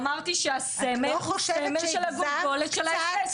אמרתי שהסמל הוא סמל של הגולגולת של האס.אס.